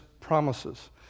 promises